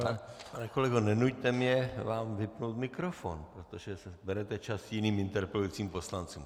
Pane kolego, nenuťte mě vám vypnout mikrofon, protože berete čas jiným interpelujícím poslancům.